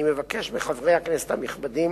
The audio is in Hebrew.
אני מבקש מחברי הכנסת הנכבדים